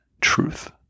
Truth